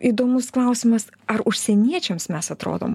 įdomus klausimas ar užsieniečiams mes atrodom